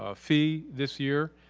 ah fee this year,